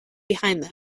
behind